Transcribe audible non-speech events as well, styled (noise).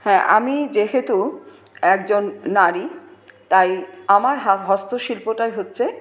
হ্যাঁ আমি যেহেতু একজন নারী তাই আমার (unintelligible) হস্তশিল্পটা হচ্ছে